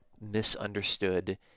misunderstood